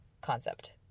concept